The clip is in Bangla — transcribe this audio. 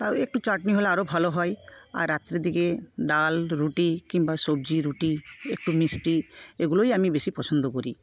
তাও একটু চাটনি হলে আরও ভালো হয় আর রাত্রের দিকে ডাল রুটি কিংবা সবজি রুটি একটু মিষ্টি এগুলোই আমি বেশী পছন্দ করি